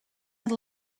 had